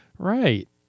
Right